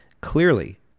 clearly